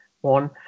one